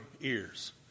ears